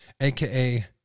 Aka